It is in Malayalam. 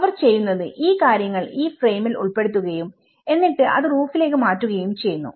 അവർ ചെയ്യുന്നത് ഈ കാര്യങ്ങൾ ഈ ഫ്രേമിൽ ഉൾപ്പെടുത്തുകയും എന്നിട്ട് അത് റൂഫിലേക്ക് മാറ്റുകയും ചെയ്യുന്നു